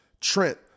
trent